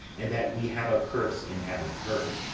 and that we have a curse in having her.